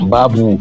Babu